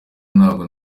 ntabwo